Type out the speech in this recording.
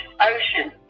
ocean